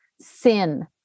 sin